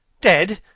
dead!